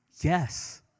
Yes